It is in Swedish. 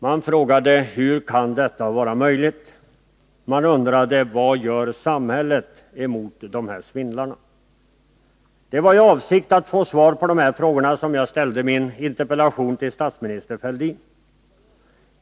Man frågade: Hur kan detta vara möjligt? Vad gör samhället mot dessa svindlare? Det var i avsikt att få svar på dessa frågor som jag ställde min interpellation tillstatsminister Fälldin.